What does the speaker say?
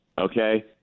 Okay